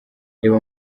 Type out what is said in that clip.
reba